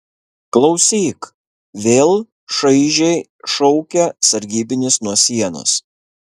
klausyk vėl šaižiai šaukia sargybinis nuo sienos